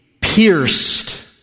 pierced